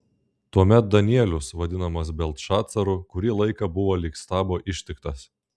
tuomet danielius vadinamas beltšacaru kurį laiką buvo lyg stabo ištiktas